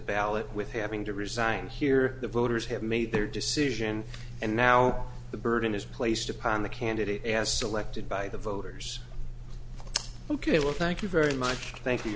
ballot with having to resign here the voters have made their decision and now the burden is placed upon the candidate as selected by the voters ok well thank you very much thank you